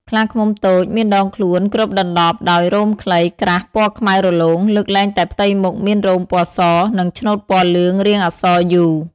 ខ្លាឃ្មុំតូច មានដងខ្លួនគ្របដណ្តប់ដោយរោមខ្លីក្រាស់ពណ៌ខ្មៅរលោង លើកលែងតែផ្ទៃមុខមានរោមពណ៌ស និងឆ្នូតពណ៌លឿងរាងអក្សរ U)។